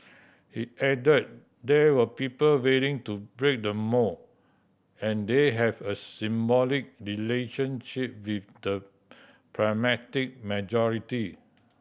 he added there were people willing to break the mould and they had a symbiotic relationship with the pragmatic majority